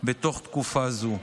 בתוך תקופה זו.